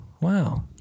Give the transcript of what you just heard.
Wow